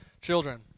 Children